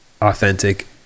authentic